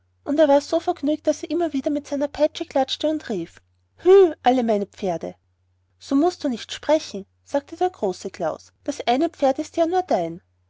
und er war so vergnügt daß er wieder mit der peitsche klatschte und rief hü alle meine pferde so mußt du nicht sprechen sagte der große klaus das eine pferd ist ja nur dein